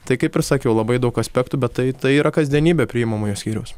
tai kaip ir sakiau labai daug aspektų bet tai tai yra kasdienybė priimamojo skyriaus